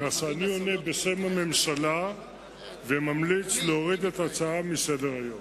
אני עונה בשם הממשלה וממליץ להוריד את ההצעה מסדר-היום.